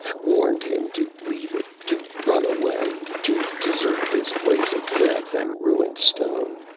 warned him to leave it, to run away, to desert this place of death and ruined stone.